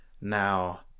Now